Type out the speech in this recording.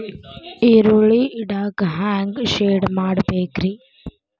ಈರುಳ್ಳಿ ಇಡಾಕ ಹ್ಯಾಂಗ ಶೆಡ್ ಮಾಡಬೇಕ್ರೇ?